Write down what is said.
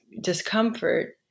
discomfort